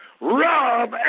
Rob